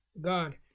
God